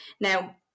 Now